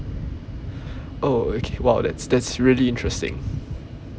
oh okay !wow! that's that's really interesting